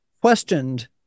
questioned